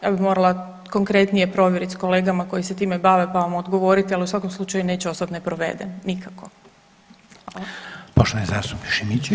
Ja bih morala konkretnije provjeriti s kolegama koji se time bave pa vam odgovoriti, ali u svakom slučaju neće ostat neproveden nikako.